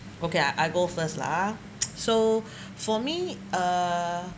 okay I I go first lah so for me uh